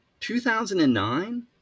2009